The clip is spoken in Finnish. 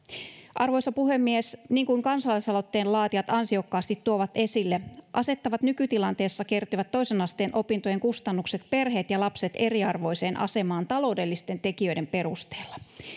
arvoisa puhemies niin kuin kansalaisaloitteen laatijat ansiokkaasti tuovat esille asettavat nykytilanteessa kertyvät toisen asteen opintojen kustannukset perheet ja lapset eriarvoiseen asemaan taloudellisten tekijöiden perusteella